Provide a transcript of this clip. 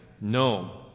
no